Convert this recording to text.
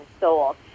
sold